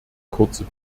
kurze